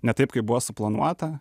ne taip kaip buvo suplanuota